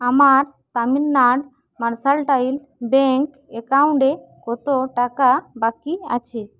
আমার Tamil Nadu mercantile bank একাউন্টে কতো টাকা বাকি আছে